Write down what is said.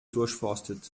durchforstet